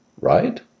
right